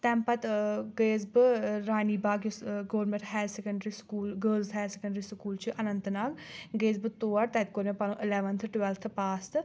تَمہِ پَتہٕ ٲں گٔیٚیَس بہٕ ٲں رانی باغ یُس ٲں government higher secondary school girls higher secondary school چھُ اننٛت ناگ گٔیٚیَس بہٕ تور تَتہِ کوٚر مےٚ پنُن الیوَنتھہٕ ٹُویٚلتھہٕ پاس تہٕ